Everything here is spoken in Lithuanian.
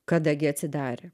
kada gi atsidarė